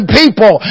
people